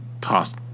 tossed